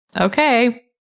Okay